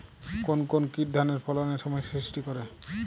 কোন কোন কীট ধানের ফলনে সমস্যা সৃষ্টি করে?